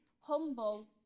humble